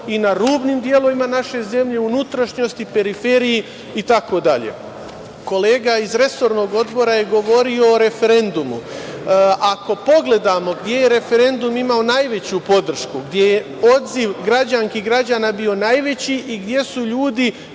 i na rubnim delovima naše zemlje, u unutrašnjosti, periferiji itd. Kolega iz resornog odbora je govorio o referendumu. Ako pogledamo gde je referendum imao najveću podršku, gde je odziv građanki i građana bio najveći i gde su ljudi